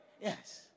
Yes